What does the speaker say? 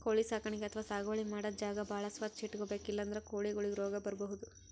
ಕೋಳಿ ಸಾಕಾಣಿಕೆ ಅಥವಾ ಸಾಗುವಳಿ ಮಾಡದ್ದ್ ಜಾಗ ಭಾಳ್ ಸ್ವಚ್ಚ್ ಇಟ್ಕೊಬೇಕ್ ಇಲ್ಲಂದ್ರ ಕೋಳಿಗೊಳಿಗ್ ರೋಗ್ ಬರ್ಬಹುದ್